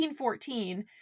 1914